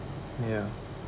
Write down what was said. ya